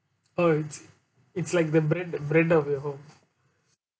oh it's it's like the bread the bread of your home